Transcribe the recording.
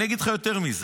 אני אגיד לך יותר מזה.